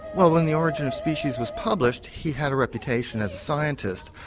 well when the origin of species was published he had a reputation as a scientist,